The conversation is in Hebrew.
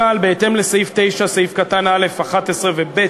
בהתאם לסעיף 9(א)(11) ו-(ב)